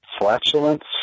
flatulence